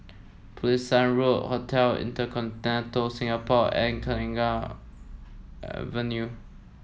Pulasan Road Hotel InterContinental Singapore and Kenanga Avenue